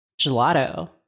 gelato